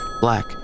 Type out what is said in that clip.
black